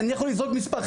אני יכול לזרוק מספר,